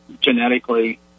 genetically